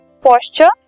posture